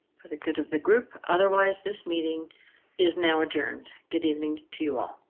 for the good of the group. otherwise this meeting is now adjourned. good evening to you all.